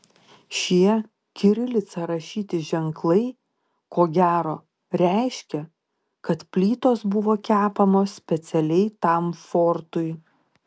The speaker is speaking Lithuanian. šie kirilica rašyti ženklai ko gero reiškia kad plytos buvo kepamos specialiai tam fortui